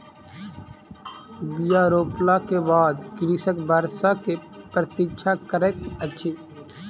बीया रोपला के बाद कृषक वर्षा के प्रतीक्षा करैत अछि